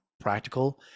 practical